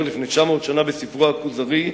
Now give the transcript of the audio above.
אומר לפני 900 שנה בספרו "הכוזרי":